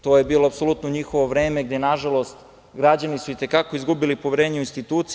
To je bilo apsolutno njihovo vreme gde, nažalost, građani su i te kako izgubili poverenje u institucije.